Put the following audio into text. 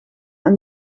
aan